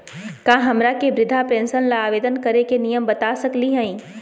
का हमरा के वृद्धा पेंसन ल आवेदन करे के नियम बता सकली हई?